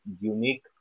unique